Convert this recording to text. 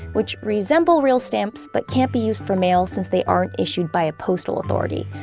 which resemble real stamps but can't be used for mail since they aren't issued by a postal authority.